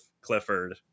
Clifford